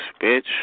bitch